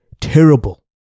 terrible